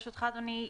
ברשותך אדוני,